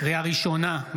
לקריאה ראשונה,